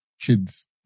kids